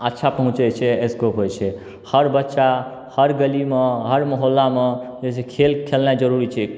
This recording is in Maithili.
अच्छा पहुँचैत छै स्कोप होइत छै हर बच्चा हर गलीमे हर मोहल्लामे जे छै से खेल खेलनाइ जरूरी छै